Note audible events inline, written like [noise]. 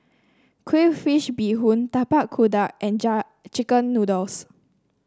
Crayfish Beehoon Tapak Kuda and [unintelligible] chicken noodles